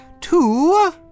Two